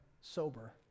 sober